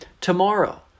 tomorrow